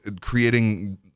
creating